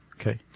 Okay